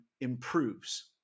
improves